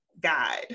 guide